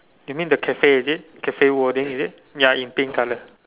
you mean the cafe is it cafe wording is it ya in pink colour